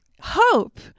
hope